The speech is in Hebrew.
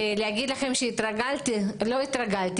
ולהגיד לכם שהתרגלתי לא התרגלתי,